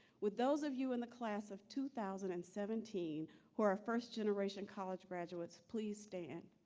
would those of you in the class of two thousand and seventeen who are first generation college graduates please stand?